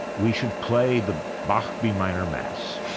we should play the bach b minor mass